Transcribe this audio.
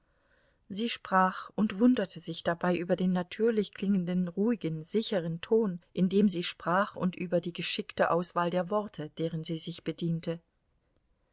sie sprach und wunderte sich dabei über den natürlich klingenden ruhigen sicheren ton in dem sie sprach und über die geschickte auswahl der worte deren sie sich bediente